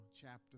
chapter